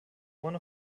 one